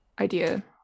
idea